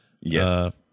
Yes